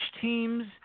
teams